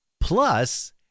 plus